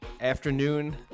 afternoon